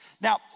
Now